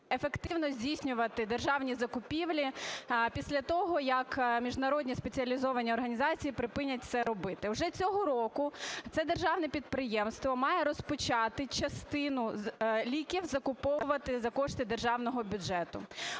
державні закупівля після того як міжнародні спеціалізовані організації припинять це робити. Вже цього року це державне підприємство має розпочати частину ліків закуповувати за кошти державного бюджету.